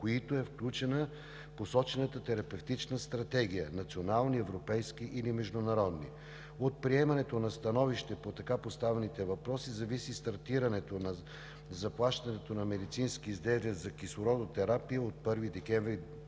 които е включена посочената терапевтична стратегия – национални, европейски или международни. От приемането на становище по така поставените въпроси зависи стартирането на заплащането на медицински изделия за кислородотерапия от 1 декември